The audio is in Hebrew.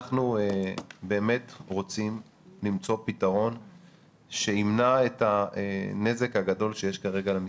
אנחנו באמת רוצים למצוא פתרון שימנע את הנזק הגדול שיש כרגע למסעדנים.